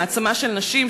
העצמה של נשים,